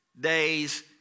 days